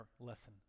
lesson